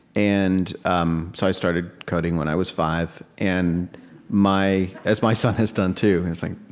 and um so i started coding when i was five. and my as my son has done too. it's like,